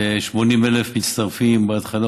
ו-80,000 מצטרפים בהתחלה,